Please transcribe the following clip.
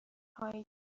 هایی